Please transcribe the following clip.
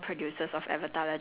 and then they said uh